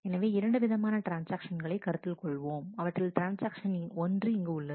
எனவே இரண்டு விதமான ட்ரான்ஸ்ஆக்ஷன்களை கருத்தில் கொள்வோம் அவற்றில் ட்ரான்ஸ்ஆக்ஷன் ஒன்று இங்கு உள்ளது